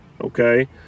okay